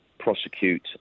prosecute